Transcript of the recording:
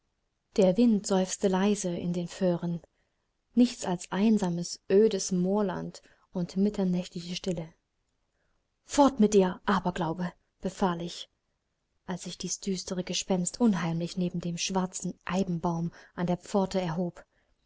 der wind seufzte leise in den föhren nichts als einsames ödes moorland und mitternächtliche stille fort mit dir aberglaube befahl ich als sich dies düstere gespenst unheimlich neben dem schwarzen eibenbaum an der pforte erhob